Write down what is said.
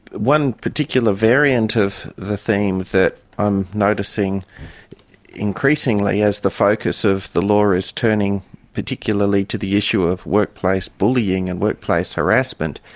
one particular variant of the theme that i'm noticing increasingly as the focus of the law is turning particularly to the issue of workplace bullying and workplace harassment,